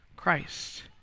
Christ